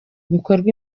bikorwa